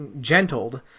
gentled